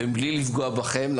בלי לפגוע בכם,